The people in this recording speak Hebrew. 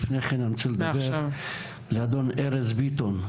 לפני כן, אני רוצה לדבר לאדון ארז ביטון.